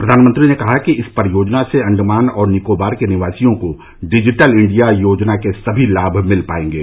प्रधानमंत्री ने कहा कि इस परियोजना से अंडमान और निकोबार के निवासियों को डिजिटल इंडिया योजना के सभी लाभ मिल पायेंगे